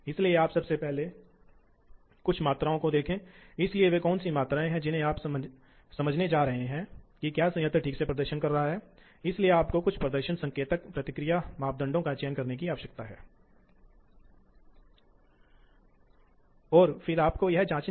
इसलिए ये ऐसे तंत्र हैं जो पकड़ते हैं और वास्तव में यांत्रिक भागों को पकड़ते हैं और काम को स्थानांतरित करते हैं